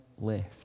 left